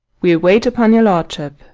we'll wait upon your lordship.